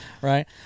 right